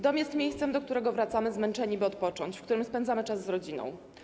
Dom jest miejscem, do którego wracamy zmęczeni, by odpocząć, w którym spędzamy czas z rodziną.